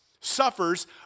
suffers